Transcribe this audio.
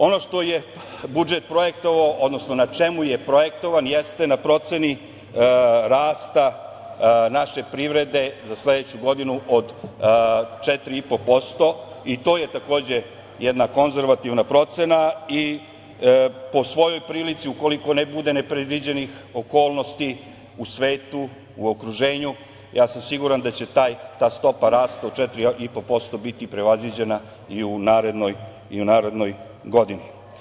Ono što je budžet projektovao, odnosno na čemu je projektovan jeste na proceni rasta naše privrede za sledeću godinu od 4,5% i to je takođe jedna konzervativna procena i po svoj prilici, ukoliko ne bude nepredviđenih okolnosti u svetu, u okruženju, ja sam siguran da će ta stopa rasta od 4,5% biti prevaziđena i u narednoj godini.